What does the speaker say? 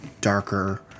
darker